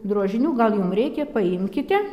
drožinių gal jum reikia paimkite